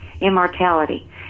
immortality